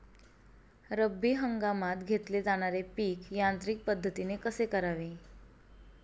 रब्बी हंगामात घेतले जाणारे पीक यांत्रिक पद्धतीने कसे करावे?